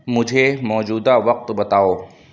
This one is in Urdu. مجھے موجودہ وقت بتاؤ